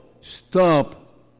Stop